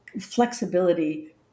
flexibility